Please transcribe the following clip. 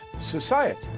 society